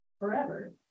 forever